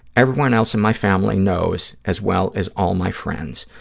everyone else in my family knows, as well as all my friends,